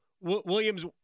Williams